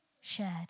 shared